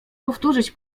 powtórzyć